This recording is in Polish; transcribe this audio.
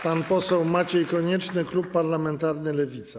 Pan poseł Maciej Konieczny, klub parlamentarny Lewica.